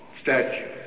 statue